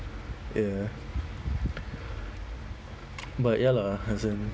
ya but ya lah as in